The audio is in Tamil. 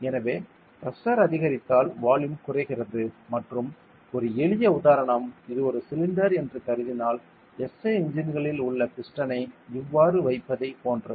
எனவே பிரஷர் அதிகரித்தால் வால்யூம் குறைகிறது மற்றும் ஒரு எளிய உதாரணம் இது ஒரு சிலிண்டர் என்று கருதினால் SI இன்ஜின்களில் உள்ள பிஸ்டனை இவ்வாறு வைப்பதை போன்றது